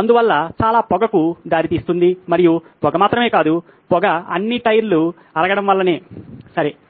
అందువల్ల చాలా పొగకు దారితీస్తుంది మరియు పొగ మాత్రమే కాదు పొగ అన్ని టైర్లు అరగడం వల్లనే సరే